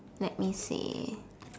let me see